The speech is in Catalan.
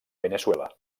veneçuela